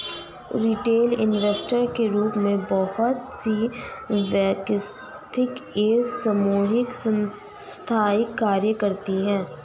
retail investor के रूप में बहुत सी वैयक्तिक एवं सामूहिक संस्थाएं कार्य करती हैं